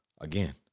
Again